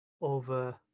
over